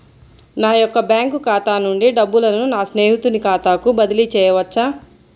నా యొక్క బ్యాంకు ఖాతా నుండి డబ్బులను నా స్నేహితుని ఖాతాకు బదిలీ చేయవచ్చా?